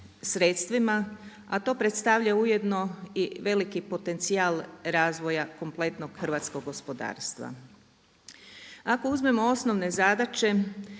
sredstvima, a to predstavlja ujedno i veliki potencijal razvoja kompletnog hrvatskog gospodarstva. Ako uzmemo osnovne zadaće